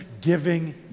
giving